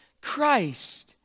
Christ